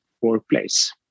workplace